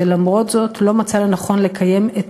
ולמרות זאת הוא לא מצא לנכון לקיים את